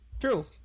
True